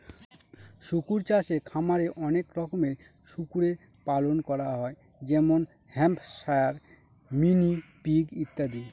শুকর চাষে খামারে অনেক রকমের শুকরের পালন করা হয় যেমন হ্যাম্পশায়ার, মিনি পিগ ইত্যাদি